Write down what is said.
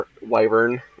Wyvern